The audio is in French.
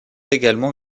également